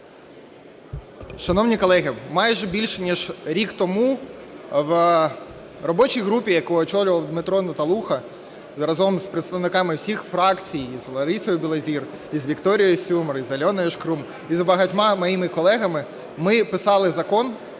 Шановні колеги, майже більше ніж рік тому в робочій групі, яку очолював Дмитро Наталуха, разом з представниками всіх фракцій, і з Ларисою Білозір, і з Вікторією Сюмар, і з Альоною Шкрум, і з багатьма моїми колегами ми писали закон,